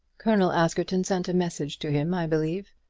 colonel askerton sent a message to him, i believe.